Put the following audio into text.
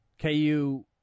KU